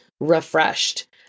refreshed